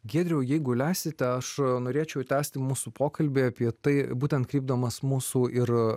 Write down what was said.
giedriau jeigu leisite aš norėčiau tęsti mūsų pokalbį apie tai būtent kreipdamas mūsų ir